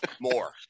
more